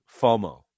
FOMO